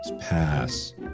Pass